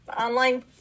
online